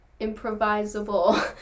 improvisable